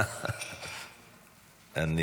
היא שכחה להגיד.